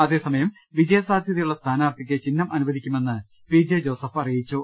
അതേസമയം വിജയ സാധ്യതയുള്ള സ്ഥാനാർ ത്ഥിക്ക് ചിഹ്നം അനുവദിക്കുമെന്ന് പി ജെ ജോസഫ് അറിയിച്ചു